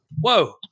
Whoa